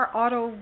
auto